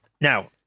Now